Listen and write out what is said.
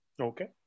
Okay